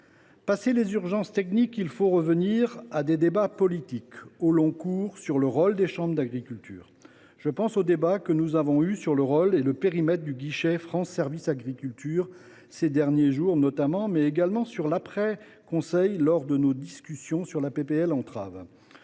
fois les urgences techniques traitées, il faut revenir à des débats politiques au long cours sur le rôle des chambres d’agriculture. Je pense aux débats que nous avons eus sur le rôle et le périmètre du guichet France Services Agriculture, notamment ces derniers jours, mais également sur l’après conseil lors de nos discussions sur la proposition